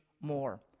more